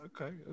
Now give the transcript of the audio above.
Okay